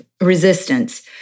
resistance